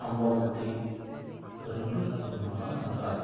ᱟᱢᱵᱟᱵᱚᱛᱤ ᱨᱩᱱᱰᱟᱹᱜ ᱮᱵᱚᱢ ᱢᱟᱨᱟᱝ ᱥᱟᱠᱨᱟᱛ